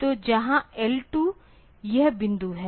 तो जहाँ L2 यह बिंदु है